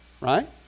right